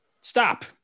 stop